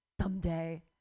someday